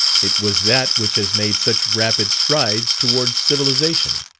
it was that which has made such rapid strides towards civilization,